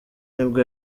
nibwo